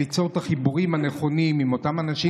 ליצור את החיבורים הנכונים עם אותם אנשים